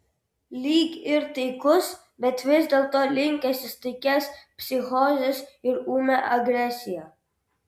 lyg ir taikus bet vis dėlto linkęs į staigias psichozes ir ūmią agresiją